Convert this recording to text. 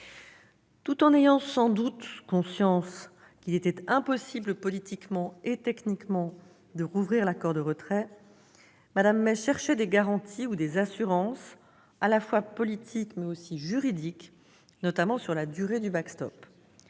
Tout en ayant sans doute conscience qu'il était impossible politiquement et techniquement de rouvrir l'accord de retrait, Mme May cherchait des garanties ou des assurances, à la fois politiques et juridiques, notamment sur la durée du.